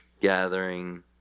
gathering